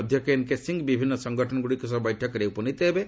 ଅଧ୍ୟକ୍ଷ ଏନ୍କେ ସିଂ ବିଭିନ୍ନ ସଙ୍ଗଠନଗୁଡ଼ିକ ସହ ବୈଠକରେ ଉପନୀତ ହେବେ